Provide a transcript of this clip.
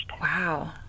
Wow